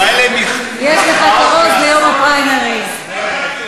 כאלה מחמאות, כאלה מחמאות, איך אתה